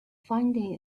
finding